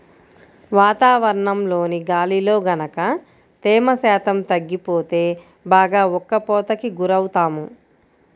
వాతావరణంలోని గాలిలో గనక తేమ శాతం తగ్గిపోతే బాగా ఉక్కపోతకి గురవుతాము